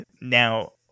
now